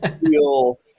feel